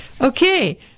Okay